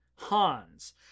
hans